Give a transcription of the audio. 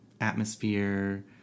atmosphere